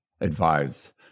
advise